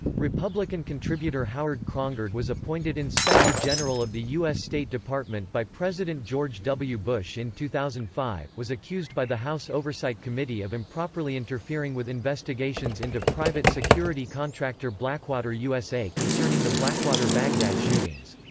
republican contributor howard krongard was appointed inspector general of the us state department by president george w. bush in two thousand and five. was accused by the house oversight committee of improperly interfering with investigations into private security contractor blackwater usa concerning the blackwater baghdad shootings.